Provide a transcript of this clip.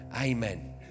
Amen